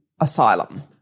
asylum